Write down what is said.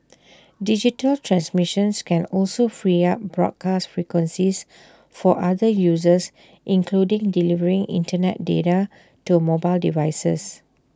digital transmissions can also free up broadcast frequencies for other uses including delivering Internet data to mobile devices